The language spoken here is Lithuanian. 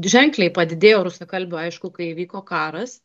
ženkliai padidėjo rusakalbių aišku kai įvyko karas